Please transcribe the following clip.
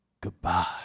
Goodbye